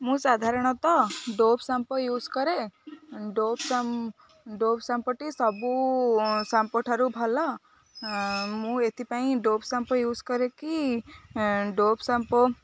ମୁଁ ସାଧାରଣତଃ Dove shampoo use କରେ ଡ଼ୋଭ୍ ଡ଼ୋଭ୍ ସାମ୍ପୋଟି ସବୁ ସାମ୍ପୋଠାରୁ ଭଲ ମୁଁ ଏଥିପାଇଁ ଡ଼ୋଭ୍ ସାମ୍ପୋ ୟୁଜ୍ କରେକି ଡ଼ୋଭ୍ ସାମ୍ପୋ